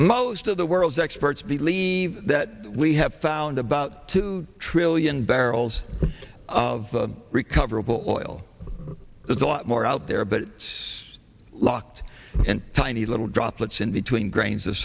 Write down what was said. most of the world's experts believe that we have found about two trillion barrels of recoverable oil there's a lot more out there but it's locked and tiny little droplets in between grains of